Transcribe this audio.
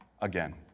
again